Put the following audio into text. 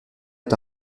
est